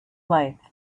life